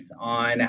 on